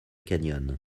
canyon